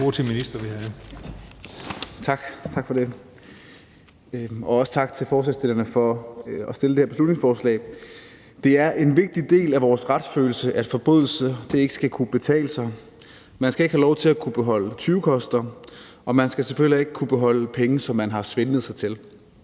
Tak for det, og også tak til forslagsstillerne for at have fremsat det her beslutningsforslag. Det er en vigtig del af vores retsfølelse, at forbrydelser ikke skal kunne betale sig. Man skal ikke have lov til at kunne beholde tyvekoster, og man skal selvfølgelig heller ikke kunne beholde penge, som man har svindlet sig til.